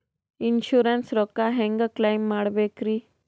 Insurance ರೊಕ್ಕ ಹೆಂಗ claim ಮಾಡ್ಬೇಕ್ರಿ?